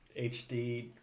HD